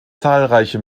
zahlreiche